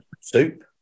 soup